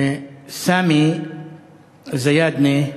סאמי א-זיאדנה,